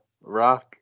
rock